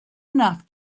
enough